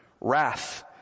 wrath